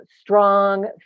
strong